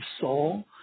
soul